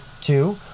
two